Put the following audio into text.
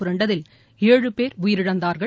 புரண்டதில் ஏழு பேர் உயிரிழந்தார்கள்